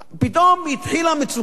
פתאום התחילה מצוקה,